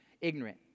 ignorant